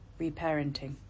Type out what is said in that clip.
Reparenting